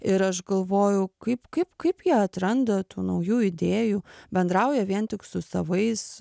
ir aš galvoju kaip kaip kaip jie atranda tų naujų idėjų bendrauja vien tik su savais